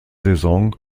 saison